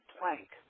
plank